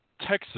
Texas